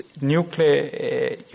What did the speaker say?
nuclear